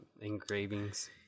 Engravings